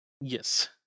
Yes